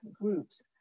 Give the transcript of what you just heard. groups